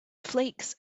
flakes